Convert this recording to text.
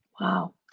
Wow